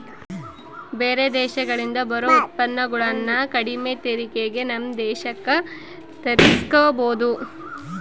ಬೇರೆ ದೇಶಗಳಿಂದ ಬರೊ ಉತ್ಪನ್ನಗುಳನ್ನ ಕಡಿಮೆ ತೆರಿಗೆಗೆ ನಮ್ಮ ದೇಶಕ್ಕ ತರ್ಸಿಕಬೊದು